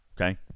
Okay